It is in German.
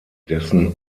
dessen